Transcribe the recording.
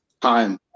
time